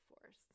force